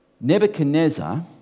Nebuchadnezzar